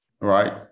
right